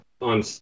on